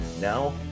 now